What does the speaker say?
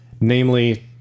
Namely